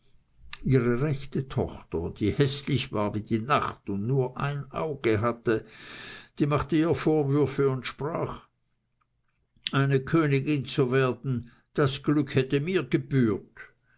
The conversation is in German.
ihre rechte tochter die häßlich war wie die nacht und nur ein auge hatte die machte ihr vorwürfe und sprach eine königin zu werden das glück hätte mir gebührt